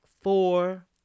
four